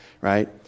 right